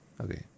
Okay